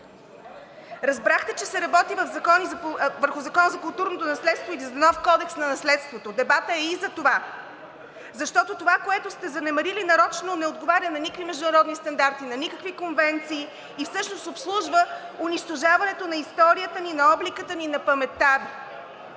Разбрахте, че се работи върху Закона за културното наследство и за нов кодекс на наследството. Дебатът е и за това, защото това, което сте занемарили нарочно, не отговаря на никакви международни стандарти, на никакви конвенции и всъщност обслужва унищожаването на историята ни, на облика ни, на паметта Ви.